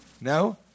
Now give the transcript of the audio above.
No